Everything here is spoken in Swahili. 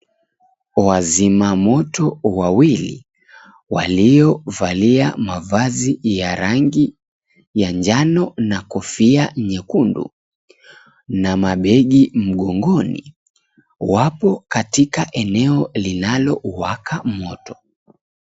Wazimamoto wawili waliovalia mavazi ya rangi ya njano na kofia nyekundu na mabegi mgongoni wapo katika eneo linalowaka moto.